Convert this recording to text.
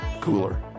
cooler